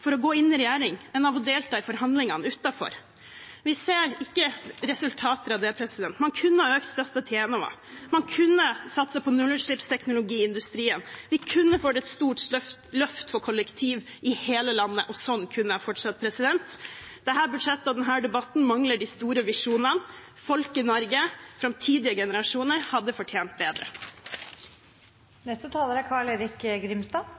for å gå inn i regjering enn av å delta i forhandlingene utenfor? Vi ser ikke resultater av det. Man kunne ha økt støtten til Enova. Man kunne ha satset på nullutslippsteknologi i industrien. Vi kunne ha fått et stort løft for kollektivtrafikken i hele landet. Sånn kunne jeg fortsatt. Dette budsjettet og denne debatten mangler de store visjonene. Folk i Norge og framtidige generasjoner hadde fortjent